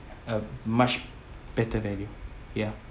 a much better value ya